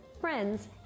friends